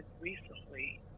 recently